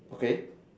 okay